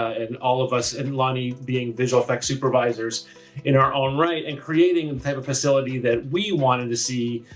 and all of us, and loni being visual effects supervisors in our own right, and creating the type of facility that we wanted to see,